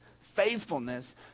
faithfulness